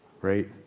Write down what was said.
right